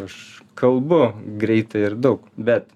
aš kalbu greitai ir daug bet